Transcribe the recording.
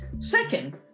Second